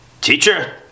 teacher